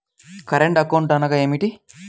Current account అనగా ఏమిటి?